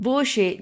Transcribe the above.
Voce